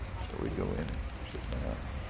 so we go in and sit down, and